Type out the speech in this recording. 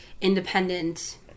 independent